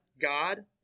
God